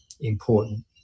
important